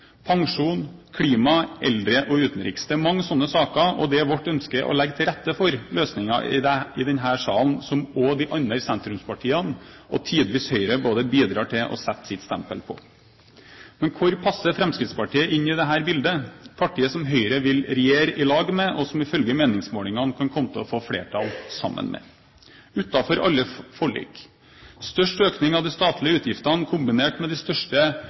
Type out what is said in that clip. Pensjon, klima, eldre og utenriks; det er mange slike saker, og det er vårt ønske å legge til rette for løsninger i denne salen som også de andre sentrumspartiene, og tidvis Høyre, både bidrar til og setter sitt stempel på. Men hvor passer Fremskrittspartiet inn i dette bildet – partiet som Høyre vil regjere i lag med, og som de ifølge meningsmålingene kan komme til å få flertall sammen med? De står utenfor alle forlik og har størst økning av de statlige utgiftene kombinert med de største